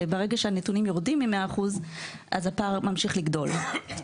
וברגע שהנתונים יורדים מ-100% אז הפער ממשיך לגדול.